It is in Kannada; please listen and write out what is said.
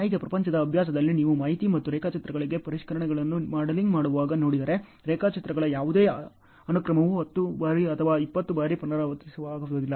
ನೈಜ ಪ್ರಪಂಚದ ಅಭ್ಯಾಸದಲ್ಲಿ ನೀವು ಮಾಹಿತಿ ಮತ್ತು ರೇಖಾಚಿತ್ರಗಳಲ್ಲಿನ ಪರಿಷ್ಕರಣೆಗಳನ್ನು ಮಾಡೆಲಿಂಗ್ ಮಾಡುವಾಗ ನೋಡಿದರೆ ರೇಖಾಚಿತ್ರಗಳ ಯಾವುದೇ ಅನುಕ್ರಮವು 10 ಬಾರಿ ಅಥವಾ 20 ಬಾರಿ ಪುನರಾವರ್ತನೆಯಾಗುವುದಿಲ್ಲ